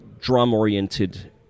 drum-oriented